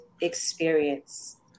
experience